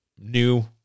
new